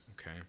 okay